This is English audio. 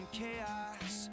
chaos